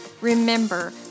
Remember